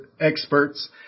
experts